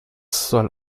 soll